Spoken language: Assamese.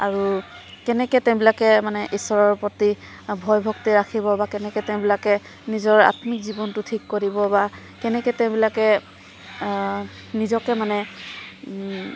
আৰু কেনেকৈ তেওঁবিলাকে মানে ঈশ্বৰৰ প্ৰতি ভয় ভক্তি ৰাখিব বা কেনেকৈ তেওঁবিলাকে নিজৰ আত্মিক জীৱনটো ঠিক কৰিব বা কেনেকৈ তেওঁবিলাকে নিজকে মানে